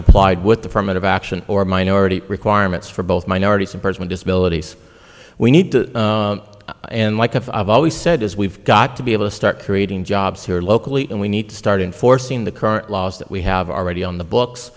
complied with the permit of action or minority requirements for both minority simpers with disabilities we need to in like i've always said as we've got to be able to start creating jobs here locally and we need to start enforcing the current laws that we have already on the books